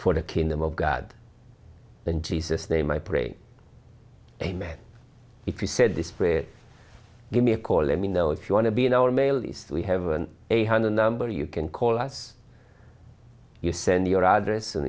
for the kingdom of god and jesus name i pray amen if you said this prayer give me a call let me know if you want to be in our mail this we have an eight hundred number you can call us you send your address and